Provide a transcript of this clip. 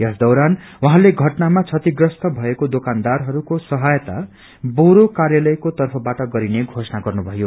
यस दौरान उहाँले घटनामा क्षतिप्रस्त भएको दोकानदारहरूको सहायता बोरो कार्यालयको तर्फबाट गरिने घोषणा गर्नु भयो